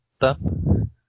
done